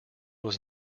was